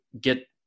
get